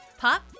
Pop